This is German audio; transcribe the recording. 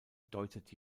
deutet